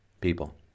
people